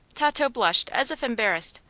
tato blushed as if embarrassed,